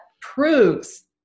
proves